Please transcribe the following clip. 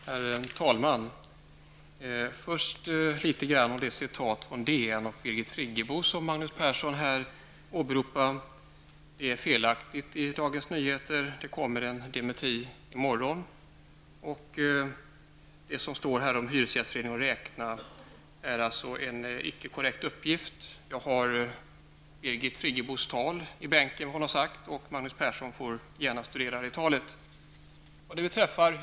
Herr talman! Först några ord beträffande det som har stått i DN och om vad Birgit Friggebo har sagt. Vad Magnus Persson åberopar är felaktigt. Det kommer en dementi i morgon. Uppgiften om hyresgästföreningen är inte korrekt. Jag har papper på vad Birgit Friggebo har sagt, och Magnus Persson får gärna studera hennes tal.